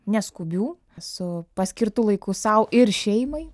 neskubių su paskirtu laiku sau ir šeimai